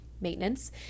maintenance